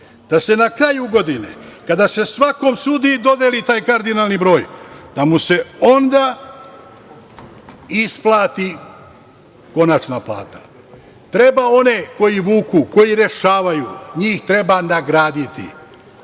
da se na kraju godine kada se svakom sudiji dodeli taj kardinalni broj, da mu se onda isplati konačna plata. Treba one koji vuku, koji rešavaju, njih treba nagraditi,